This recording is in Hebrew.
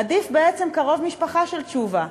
עדיף בעצם קרוב משפחה של תשובה,